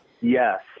Yes